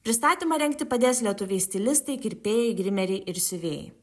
pristatymą rengti padės lietuviai stilistai kirpėjai grimeriai ir siuvėjai